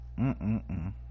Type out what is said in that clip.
mm-mm-mm